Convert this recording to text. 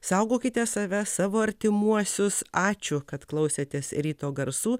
saugokite save savo artimuosius ačiū kad klausėtės ryto garsų